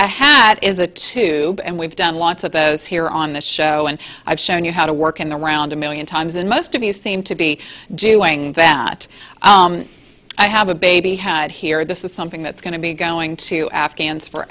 that is a tube and we've done lots of those here on the show and i've shown you how to work in the round a million times and most of you seem to be doing them but i have a baby had here this is something that's going to be going to afghans for